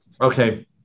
Okay